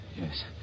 Yes